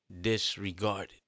disregarded